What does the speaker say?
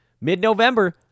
Mid-November